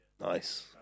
nice